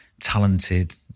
talented